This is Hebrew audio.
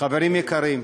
חברים יקרים,